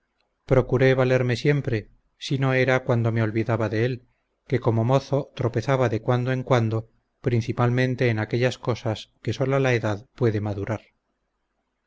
procure valerme siempre sino era cuando me olvidaba de él que como mozo tropezaba de cuando en cuando principalmente en aquellas cosas que sola la edad puede madurar